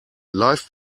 life